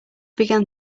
began